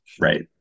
right